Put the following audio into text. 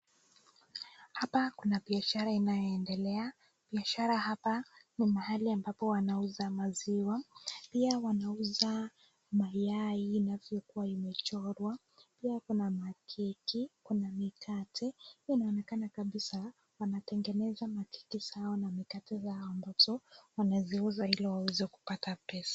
Hapa kuna biashara inayoendelea, biashara hapa ni mahali ambapo wanauza maziwa pia wanauza mayai inavyokuwa imechorwa, pia kuna makeki, kuna mikate, inaonekana kabisa wanatengeneza makeki zao na mikate zao ambazo wanaziuza ili waweze kupata pesa.